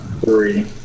three